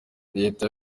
leta